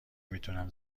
میتونم